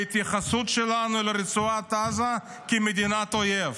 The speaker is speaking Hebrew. והתייחסות שלנו לרצועת עזה כמדינת אויב.